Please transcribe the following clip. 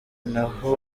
nabo